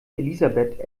elisabeth